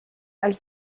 elle